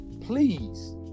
please